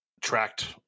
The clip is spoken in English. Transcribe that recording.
tracked